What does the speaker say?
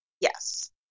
Yes